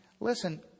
listen